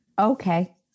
okay